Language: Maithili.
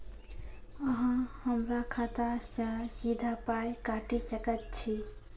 अहॉ हमरा खाता सअ सीधा पाय काटि सकैत छी?